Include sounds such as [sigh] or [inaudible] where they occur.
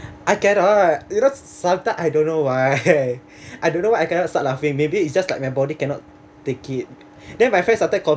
I can not you know sometime I don't know why [laughs] I don't know why I cannot stop laughing maybe it's just like my body cannot take it then my friend started